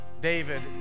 David